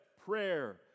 prayer